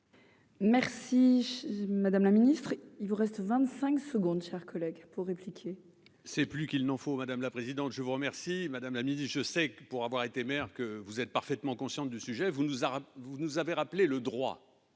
Merci madame la ministre, et il vous reste 25 secondes Chers collègues pour répliquer. C'est plus qu'il n'en faut, madame la présidente, je vous remercie madame la midi je sais que pour avoir été mères que vous êtes parfaitement consciente du sujet, vous nous vous nous avez rappelé le droit